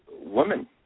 women